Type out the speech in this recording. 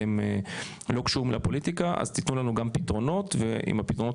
אתם לא קשורים לפוליטיקה אז תתנו לנו גם פתרונות ועם הפתרונות